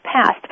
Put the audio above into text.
passed